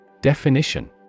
Definition